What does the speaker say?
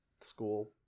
school